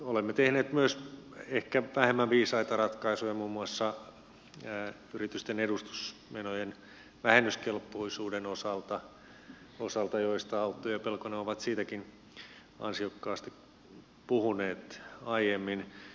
olemme tehneet myös ehkä vähemmän viisaita ratkaisuja muun muassa yritysten edustusmenojen vähennyskelpoisuuden osalta mistä autto ja pelkonen ovat siitäkin ansiokkaasti puhuneet aiemmin